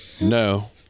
No